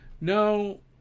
No